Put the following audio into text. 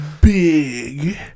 Big